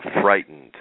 frightened